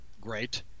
great